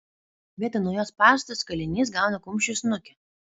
vietoj naujos pastos kalinys gauna kumščiu į snukį